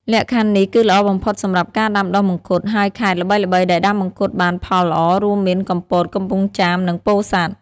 លក្ខខណ្ឌនេះគឺល្អបំផុតសម្រាប់ការដាំដុះមង្ឃុត ហើយខេត្តល្បីៗដែលដាំមង្ឃុតបានផលល្អរួមមាន កំពត កំពង់ចាម និងពោធិ៍សាត់។